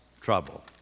trouble